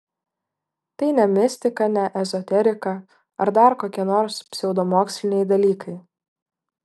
tai ne mistika ne ezoterika ar dar kokie nors pseudomoksliniai dalykai